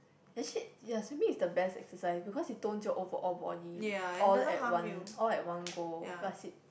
actually ya swimming is the best exercise because you don't jog over all body all at one all at one go plus it